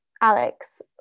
Alex